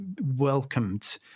welcomed